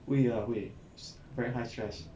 会 lah 会 it's very high stress